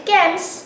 Games